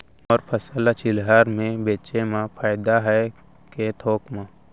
मोर फसल ल चिल्हर में बेचे म फायदा है के थोक म?